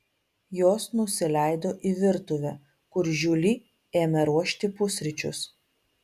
jos nusileido į virtuvę kur žiuli ėmė ruošti pusryčius